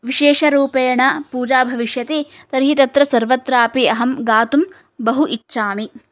विशेषरूपेण पूजा भविष्यति तर्हि तत्र सर्वत्रापि अहं गातुं बहु इच्छामि